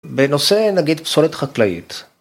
בנושא, נגיד, פסולת חקלאית.